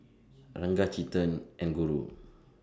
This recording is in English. Ranga Chetan and Guru